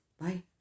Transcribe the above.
Bye